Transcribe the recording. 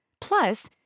Plus